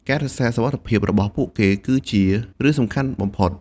ការរក្សាសុវត្ថិភាពរបស់ពួកគេគឺជារឿងសំខាន់បំផុត។